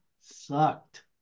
sucked